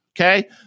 okay